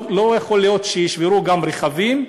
לא יכול להיות שישברו גם רכבים.